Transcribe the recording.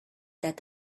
that